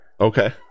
Okay